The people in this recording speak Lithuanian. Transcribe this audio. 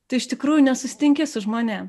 tai iš tikrųjų nesusitinki su žmonėm